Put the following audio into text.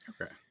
okay